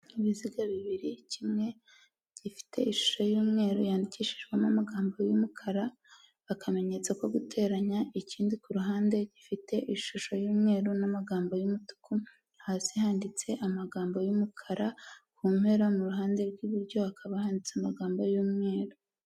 Ibiziga bibiri, kimwe gifite ishusho y'umweru, yandikishijwemo amagambo y'umukara, akamenyetso ko guteranya, ikindi kuruhande gifite ishusho y'umweru n'amagambo y'umutuku, hasi yanditse amagambo y'umukara, kumpera mu ruhande rw'iburyo hakaba handitse amagambo y'umweru.